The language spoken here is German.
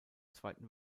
zweiten